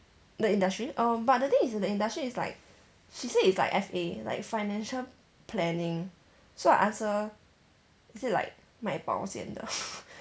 the industry oh but the thing is the industry is like she say is like F_A like financial planning so I ask her is it like 卖保险的